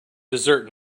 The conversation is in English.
desert